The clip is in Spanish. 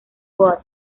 bot